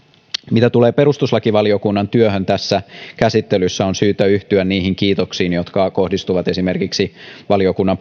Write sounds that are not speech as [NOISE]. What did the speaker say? mitä tulee perustuslakivaliokunnan työhön tässä käsittelyssä on syytä yhtyä niihin kiitoksiin jotka kohdistuvat esimerkiksi valiokunnan [UNINTELLIGIBLE]